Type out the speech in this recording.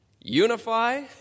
Unify